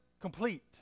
complete